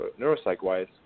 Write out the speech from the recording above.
neuropsych-wise